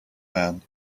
man